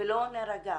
ולא נירגע